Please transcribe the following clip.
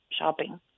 shopping